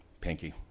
Pinky